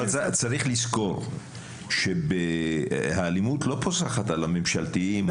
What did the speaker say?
צריך לזכור שהאלימות לא פוסחת על הממשלתיים.